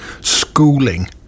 schooling